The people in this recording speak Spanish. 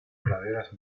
praderas